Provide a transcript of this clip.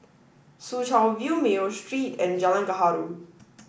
Soo Chow View Mayo Street and Jalan Gaharu